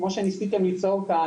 כמו שניסיתם ליצור כאן,